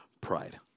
pride